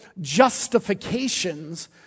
justifications